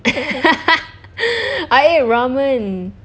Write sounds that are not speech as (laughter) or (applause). (laughs) I ate ramen